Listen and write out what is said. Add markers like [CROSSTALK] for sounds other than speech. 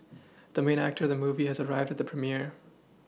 [NOISE] the main actor of the movie has arrived at the premiere